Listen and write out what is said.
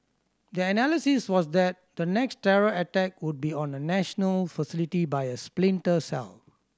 their analysis was that the next terror attack would be on a national facility by a splinter cell